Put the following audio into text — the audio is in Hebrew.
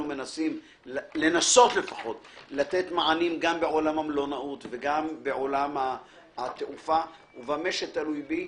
מנסים לתת מענים גם בעולם המלונאות וגם בעולם התעופה -- במה שתלוי בי,